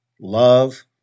love